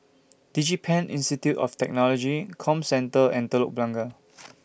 Digipen Institute of Technology Comcentre and Telok Blangah